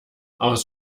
aus